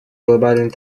глобальной